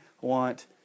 want